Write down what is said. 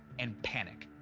and panic.